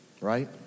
right